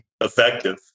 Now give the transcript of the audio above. effective